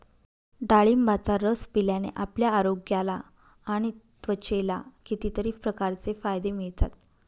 डाळिंबाचा रस पिल्याने आपल्या आरोग्याला आणि त्वचेला कितीतरी प्रकारचे फायदे मिळतात